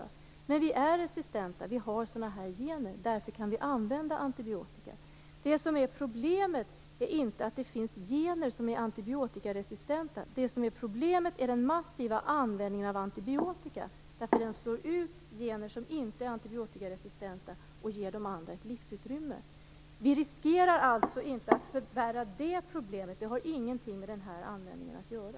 Men vi är resistenta, eftersom vi har sådana gener, och därför kan vi använda antibiotika. Det som är problemet är inte att det finns gener som är antibiotikaresistenta. Problemet är den massiva användningen av antibiotika. Den slår ut gener som inte är antibiotikaresistenta och ger de andra ett livsutrymme. Vi riskerar alltså inte att förvärra det problemet. Det har ingenting med den här användningen att göra.